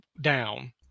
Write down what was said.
down